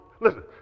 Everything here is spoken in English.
listen